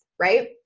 right